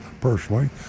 personally